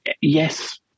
yes